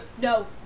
no